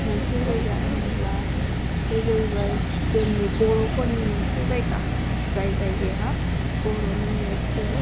मोनसे जायगा होनोब्ला बे जाहैबाय जोंनि बर'फोरनि मोनसे जायगा जाय जायगाया बर'नि नेरसोन